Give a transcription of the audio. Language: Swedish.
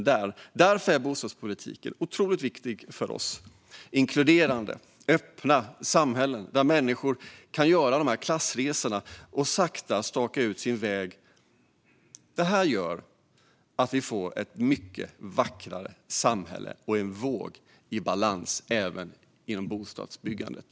Därför är bostadspolitiken otroligt viktig för oss. Inkluderande och öppna samhällen, där människor kan göra klassresor och sakta staka ut sin väg, gör att vi får ett mycket vackrare samhälle och en våg i balans även genom bostadsbyggandet.